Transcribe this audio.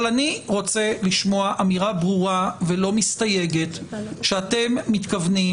אבל אני רוצה לשמוע אמירה ברורה ולא מסתייגת שאתם מתכוונים